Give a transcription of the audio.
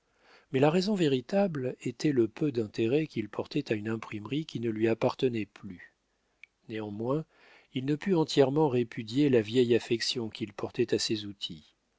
mais la raison véritable était le peu d'intérêt qu'il portait à une imprimerie qui ne lui appartenait plus néanmoins il ne put entièrement répudier la vieille affection qu'il portait à ses outils